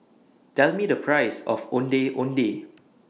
Tell Me The Price of Ondeh Ondeh